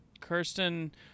Kirsten